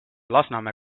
lasnamäe